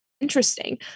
interesting